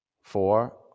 four